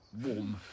Warm